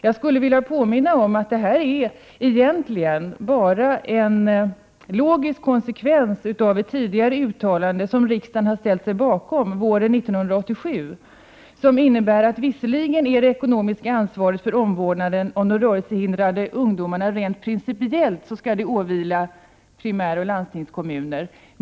Jag vill påminna om att detta egentligen bara är en logisk konsekvens av ett tidigare uttalande som riksdagen har ställt sig bakom våren 1987. Det innebär visserligen att det ekonomiska ansvaret för omvårdnaden av de rörelsehindrade ungdomarna rent principiellt åvilar primäroch landstingskommuner.